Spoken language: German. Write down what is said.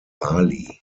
bali